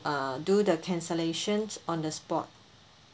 uh do the cancellation on the spot